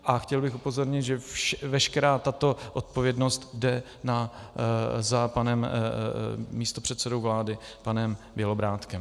A chtěl bych upozornit, že veškerá tato odpovědnost jde za panem místopředsedou vlády, panem Bělobrádkem.